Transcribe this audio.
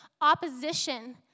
opposition